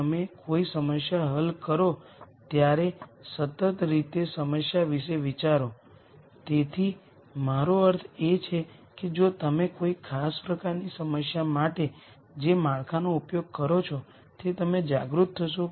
ત્યાં ઘણા વિચારો છે આ વિચારો કેવી રીતે કેવી રીતે ભાષાંતર કરે છે આમાંના કયા સિમેટ્રિક મેટ્રિક્સ માટે લાગુ છે અથવા નોન સિમેટ્રિક મેટ્રિક્સ માટે લાગુ નથી અને તેથી વધુ